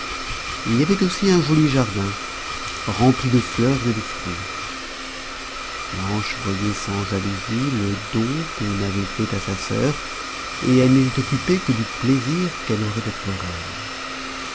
il y avait aussi un joli jardin rempli de fleurs et de fruits blanche voyait sans jalousie le don qu'on avait fait à sa sœur et elle n'était occupée que du plaisir qu'elle aurait d'être reine